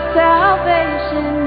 salvation